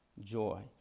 joy